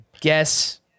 guess